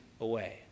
away